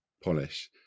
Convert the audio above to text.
Polish